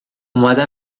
آمده